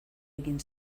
egin